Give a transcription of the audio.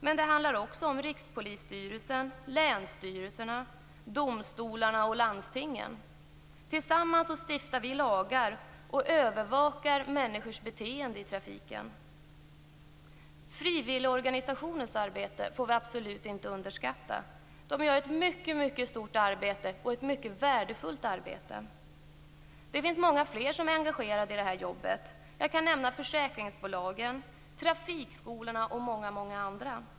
Men det handlar också om Rikspolisstyrelsen, länsstyrelserna, domstolarna och landstingen. Tillsammans stiftar vi lagar och övervakar människors beteende i trafiken. Frivilligorganisationernas arbete får vi absolut inte underskatta. De gör ett mycket stort arbete, och ett mycket värdefullt arbete. Det finns många fler som är engagerade i det här arbetet. Jag kan nämna försäkringsbolagen, trafikskolorna och många andra.